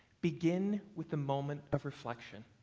begin with a moment of reflection.